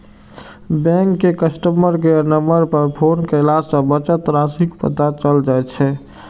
bank के customer care number पर phone कयला सं बचत राशिक पता चलि जाइ छै